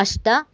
अष्ट